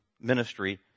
ministry